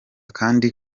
kandi